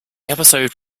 episode